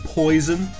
poison